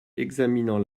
examinant